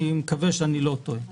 ואני מקווה שאני לא טועה.